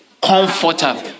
comfortable